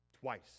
Twice